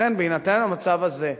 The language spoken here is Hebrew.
לכן, בהינתן המצב הזה,